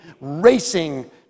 racing